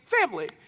family